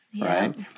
right